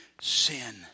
sin